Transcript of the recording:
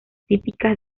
típicas